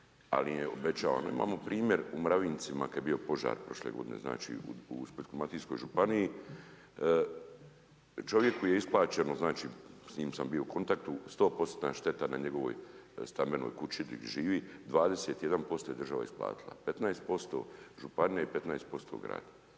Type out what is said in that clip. im je obećavano. Imamo primjer u .../Govornik se ne razumije./... kad je bio požar prošle godine u splitsko-dalmatinskoj županiji, čovjeku je isplaćeno, znači s njim sam bio u kontaktu, 100% šteta na njegovoj stambenoj kući gdje živi, 21% je država isplatila, 15% županija i 15% grad.